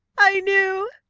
i knew,